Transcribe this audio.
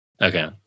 okay